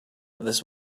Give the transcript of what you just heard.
this